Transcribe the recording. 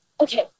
Okay